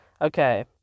okay